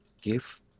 give